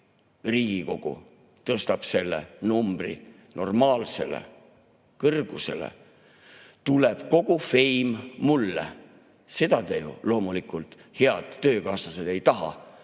Riigikogu tõstab selle numbri normaalsele kõrgusele, tuleb kogu feim mulle. Seda te ju, loomulikult, head töökaaslased ei taha.